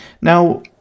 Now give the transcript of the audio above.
Now